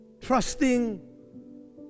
trusting